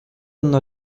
ondo